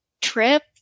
trip